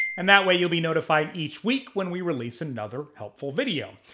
and that way you'll be notified each week when we release another helpful video.